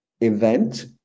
event